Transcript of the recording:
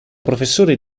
professore